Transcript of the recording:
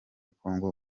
congo